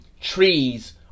Trees